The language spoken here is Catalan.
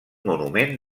monument